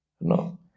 No